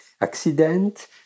accident